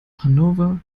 hanover